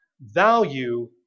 value